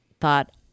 thought